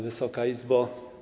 Wysoka Izbo!